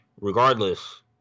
regardless